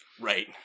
right